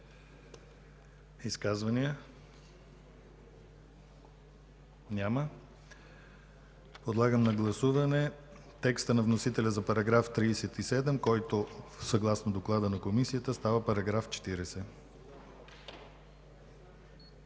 Изказвания? Няма. Подлагам на гласуване текста на вносителя за § 37, който, съгласно доклада на Комисията, става § 40.